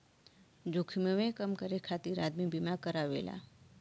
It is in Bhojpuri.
जोखिमवे कम करे खातिर आदमी बीमा करावेला